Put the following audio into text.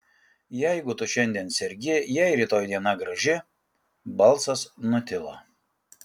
jeigu tu šiandien sergi jei rytoj diena graži balsas nutilo